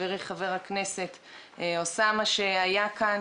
לחברי חבר הכנסת אוסאמה סעדי שהיה כאן